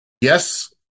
yes